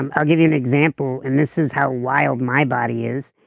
um i'll give you an example and this is how wild my body is.